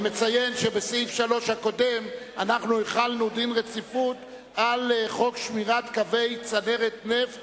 אני קובע שיחול דין רציפות על חוק הסדרת העיסוק במקצועות